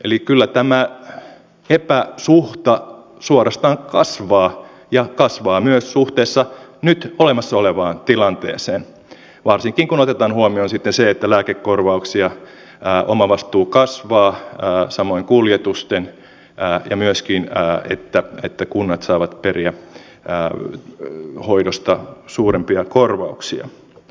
eli kyllä tämä epäsuhta suorastaan kasvaa ja kasvaa myös suhteessa nyt olemassa olevaan tilanteeseen varsinkin kun otetaan huomioon sitten se että lääkekorvauksien omavastuu kasvaa samoin kuljetusten ja myöskin kunnat saavat periä hoidosta suurempia korvauksia